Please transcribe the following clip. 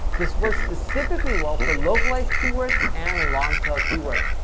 this works specifically well for localized keywords and long-tail keywords.